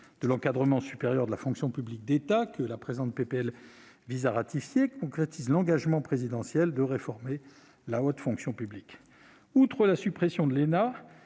de l'encadrement supérieur de la fonction publique d'État, que la présente proposition de loi vise à ratifier, concrétise l'engagement présidentiel de réformer la haute fonction publique. Outre l'ENA,